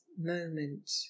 moment